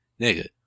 nigga